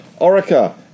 Orica